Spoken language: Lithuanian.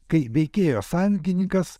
kai veikėjo sąjungininkas